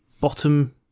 bottom